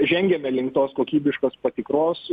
žengiame link tos kokybiškos patikros